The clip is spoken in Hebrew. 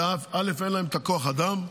כי אין להם את הכוח אדם,